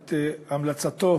את המלצתו